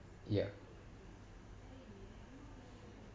ya